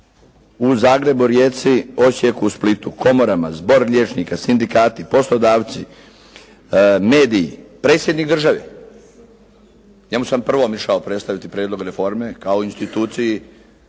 u Zagrebu, Rijeci, Osijeku, Splitu, komorama, zbor liječnika, sindikati, poslodavci, mediji, predsjednik države. Njemu sam prvom išao predstaviti prijedlog reforme kao instituciji